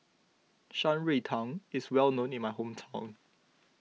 Shan Rui Tang is well known in my hometown